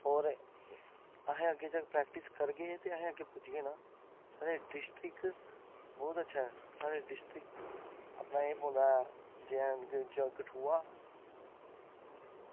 होर अगर अस अग्गें प्रैक्टिस करगे ते असें अग्गें पुज्जी जाना साढ़ा डिस्ट्रिक्ट बहोत अच्छा ऐ साढ़े डिस्ट्रिक्ट अपना एह् पौंदा जेएंडके जां कठुआ